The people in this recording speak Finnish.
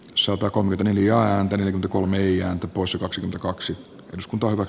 suotakoon miten elio antonio kolme ian cat poissa kaksi kaksi x kutoivat